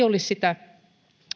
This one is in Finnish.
olisi sitä